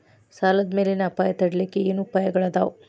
ಸಾಲದ್ ಮ್ಯಾಲಿನ್ ಅಪಾಯ ತಡಿಲಿಕ್ಕೆ ಏನ್ ಉಪಾಯ್ಗಳವ?